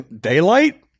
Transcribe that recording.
Daylight